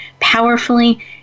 powerfully